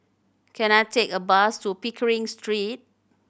can I take a bus to Pickering Street